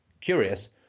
curious